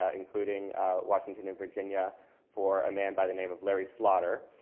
ah including washington and virginia for a man by the name of larry slaughter,